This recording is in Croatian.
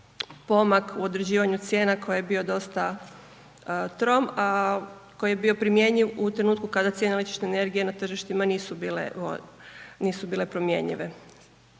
pomak u određivanju cijena koji je bio dosta trom, a koji je bio primjenjiv u trenutku kada cijena električne energije na tržištima nisu bile promjenljive.